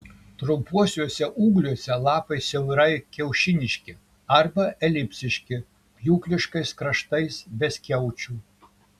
trumpuosiuose ūgliuose lapai siaurai kiaušiniški arba elipsiški pjūkliškais kraštais be skiaučių